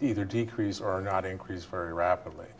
either decrease or not increase very rapidly